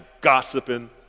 gossiping